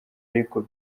ariko